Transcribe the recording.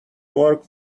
work